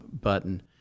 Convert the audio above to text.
button